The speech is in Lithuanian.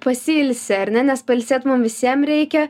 pasiilsi ar ne nes pailsėt mum visiem reikia